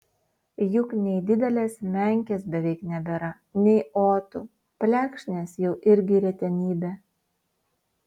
juk nei didelės menkės beveik nebėra nei otų plekšnės jau irgi retenybė